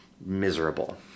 miserable